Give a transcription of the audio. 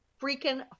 freaking